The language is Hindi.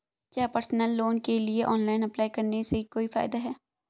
क्या पर्सनल लोन के लिए ऑनलाइन अप्लाई करने से कोई फायदा है?